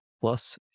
plus